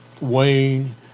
Wayne